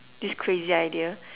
this crazy idea